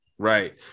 right